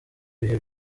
ibihe